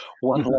one